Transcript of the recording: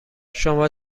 شما